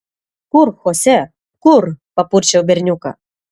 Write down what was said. kur chose kur papurčiau berniuką